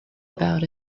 about